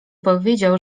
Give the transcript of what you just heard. powiedział